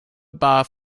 bar